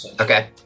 Okay